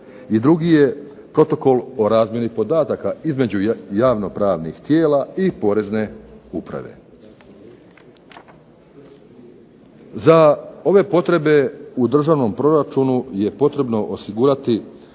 i drugi je protokol o razmjeni podataka između javno pravnih tijela i Porezne uprave. Za ove potrebe u Državnom proračunu je potrebno osigurati